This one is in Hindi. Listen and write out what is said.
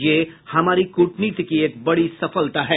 ये हमारी कूटनीति की एक बड़ी सफलता है